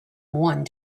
one